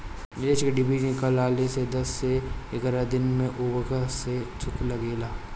मिरचा क डिभी निकलले के दस से एग्यारह दिन बाद उपर से झुके लागेला?